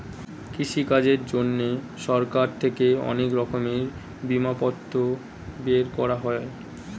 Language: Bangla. কৃষিকাজের জন্যে সরকার থেকে অনেক রকমের বিমাপত্র বের করা হয়